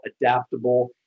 adaptable